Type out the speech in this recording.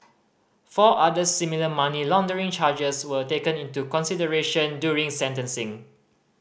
four other similar money laundering charges were taken into consideration during sentencing